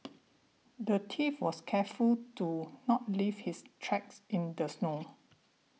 the thief was careful to not leave his tracks in the snow